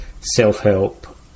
self-help